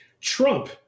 Trump